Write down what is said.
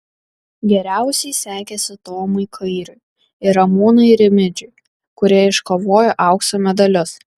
geriausiai sekėsi tomui kairiui ir ramūnui rimidžiui kurie iškovojo aukso medalius